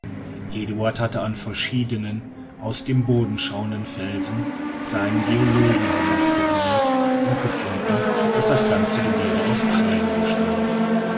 eduard hatte an verschiedenen aus dem boden schauenden felsen seine geologenhammer probiert und gefunden daß das ganze gebirge aus kreide bestand